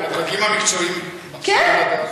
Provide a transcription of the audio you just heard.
בדרגים המקצועיים, כן.